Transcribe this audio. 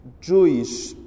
Jewish